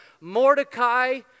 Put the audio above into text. Mordecai